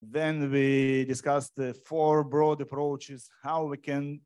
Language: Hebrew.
ואז דיברנו על ארבעה גישות רחבות, איך יכולים